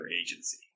agency